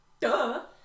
Duh